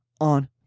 on